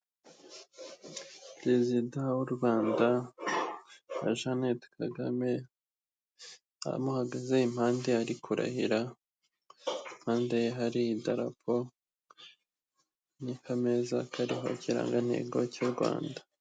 Perezida w'u Rwanda na Jeannette Kagame amuhagaze impande ari kurahira, impande ye hari idarapo n'akameza kariho ikirangantego cy'u Rwanda.